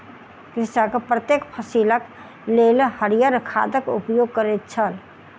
कृषक प्रत्येक फसिलक लेल हरियर खादक उपयोग करैत छल